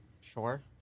sure